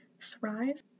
thrive